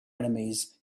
enemies